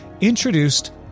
introduced